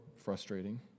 frustrating